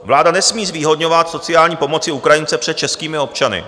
Vláda nesmí zvýhodňovat v sociální pomoci Ukrajince před českými občany.